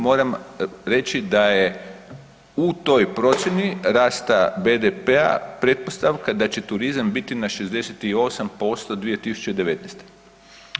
Moram reći da je u toj procjeni rasta BDP-a pretpostavka da će turizam biti na 68% 2019.-te.